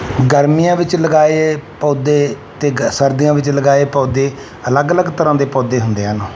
ਗਰਮੀਆਂ ਵਿੱਚ ਲਗਾਏ ਪੌਦੇ ਅਤੇ ਗ ਸਰਦੀਆਂ ਵਿੱਚ ਲਗਾਏ ਪੌਦੇ ਅਲੱਗ ਅਲੱਗ ਤਰ੍ਹਾਂ ਦੇ ਪੌਦੇ ਹੁੰਦੇ ਹਨ